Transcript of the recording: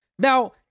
Now